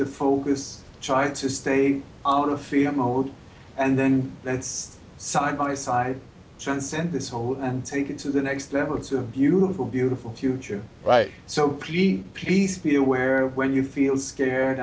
the focus try to stay out of fear mode and then that's side by side transcend this whole and take it to the next level it's a beautiful beautiful future so peace be aware when you feel scared